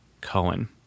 cohen